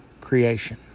creation